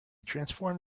transformed